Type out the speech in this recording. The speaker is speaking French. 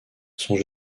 sont